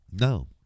No